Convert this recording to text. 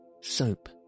Soap